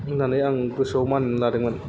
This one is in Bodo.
होननानै आं गोसोआव मानिनानै लादोंमोन